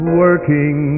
working